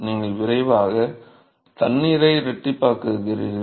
நீங்கள் விரைவாக தண்ணீரை இரட்டிப்பாக்குகிறீர்கள்